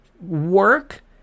work